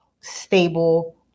stable